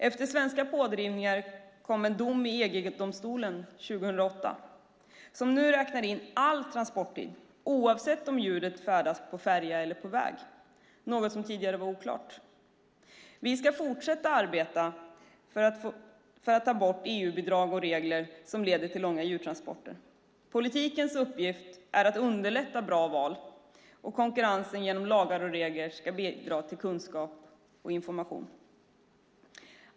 Efter svenska pådrivningar kom en dom i EG-domstolen 2008 som nu räknar in all transporttid oavsett om djuren färdas på färja eller väg, något som tidigare var oklart. Vi ska fortsätta arbeta för att ta bort EU-bidrag och regler som leder till långa djurtransporter. Politikens uppgift är att underlätta bra val och konkurrens genom lagar och regler samt bidra med kunskap och information.